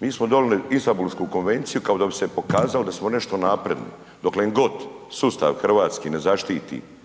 Mi smo donili Istanbulsku konvenciju kao da bi se pokazalo da smo nešto napredni. Doklen god sustav hrvatski ne zaštiti i